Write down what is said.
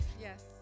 Yes